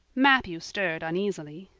matthew stirred uneasily.